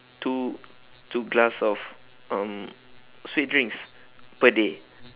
two two glass of um sweet drinks per day